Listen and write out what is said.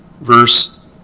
verse